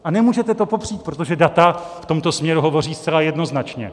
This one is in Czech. A nemůžete to popřít, protože data v tomto směru hovoří zcela jednoznačně.